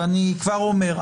ואני כבר אומר,